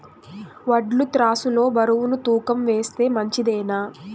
వడ్లు త్రాసు లో బరువును తూకం వేస్తే మంచిదేనా?